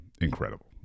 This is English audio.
incredible